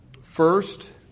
First